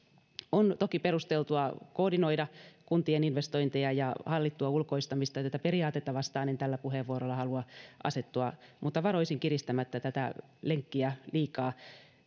on toki perusteltua koordinoida kuntien investointeja ja hallittua ulkoistamista tätä periaatetta vastaan en tällä puheenvuorolla halua asettua mutta varoisin kiristämästä tätä lenkkiä liikaa